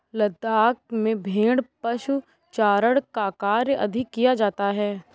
लद्दाख में भेड़ पशुचारण का कार्य अधिक किया जाता है